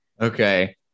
Okay